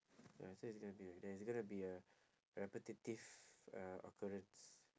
ya so it's gonna be like there's gonna be a repetitive uh occurrence